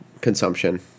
consumption